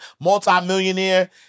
multi-millionaire